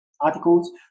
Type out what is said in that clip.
articles